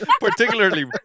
Particularly